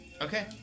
Okay